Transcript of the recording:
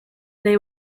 they